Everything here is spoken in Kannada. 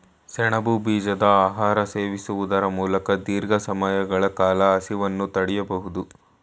ಸೆಣಬು ಬೀಜದ ಆಹಾರ ಸೇವಿಸುವುದರ ಮೂಲಕ ದೀರ್ಘ ಸಮಯಗಳ ಕಾಲ ಹಸಿವನ್ನು ತಡಿಬೋದು